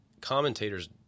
commentators